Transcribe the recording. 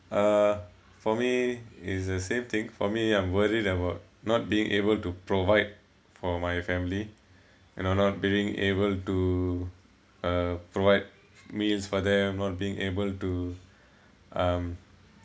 uh for me it's the same thing for me I'm worried about not being able to provide for my family you know not being able to uh provide means for them not being able to um